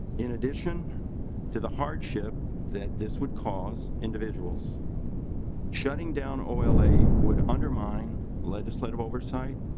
in addition to the hardship that this would cause individuals shutting down ola would undermine legislative oversight.